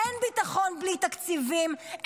אין ביטחון בלי תקציבים,